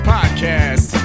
Podcast